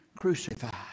crucified